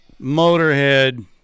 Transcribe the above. Motorhead